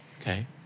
Okay